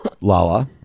Lala